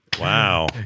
Wow